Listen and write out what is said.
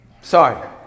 sorry